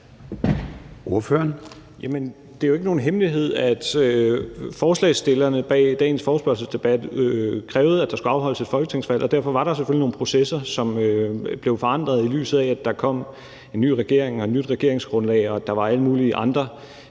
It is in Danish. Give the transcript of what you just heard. det er jo ikke nogen hemmelighed, at forespørgerne bag dagens forespørgselsdebat krævede, at der skulle afholdes et folketingsvalg. Derfor var der selvfølgelig nogle processer, som blev forandret, set i lyset af at der kom en ny regering og et nyt regeringsgrundlag, og at der var alle mulige andre